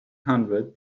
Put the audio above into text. hundred